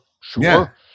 sure